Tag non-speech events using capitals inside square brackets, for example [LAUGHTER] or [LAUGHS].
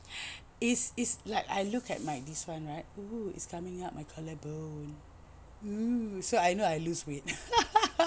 it's it's like I look at my this one right oo it's coming out my collarbone oo so I know I lose weight [LAUGHS]